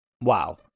Wow